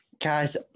guys